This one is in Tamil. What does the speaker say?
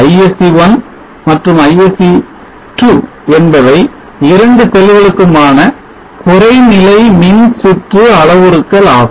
ISC1 மற்றும் ISC2 என்பவை இரண்டு செல்களுக்குமான குறைநிலை மின்சுற்று அளவுருக்கள் ஆகும்